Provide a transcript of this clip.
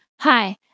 hi